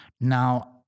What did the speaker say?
Now